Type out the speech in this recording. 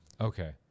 Okay